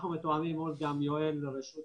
אנחנו מתואמים מאוד גם עם יואל מרשות